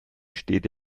steht